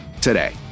today